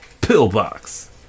pillbox